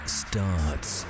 starts